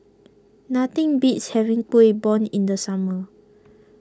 nothing beats having Kuih Bom in the summer